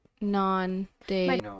non-day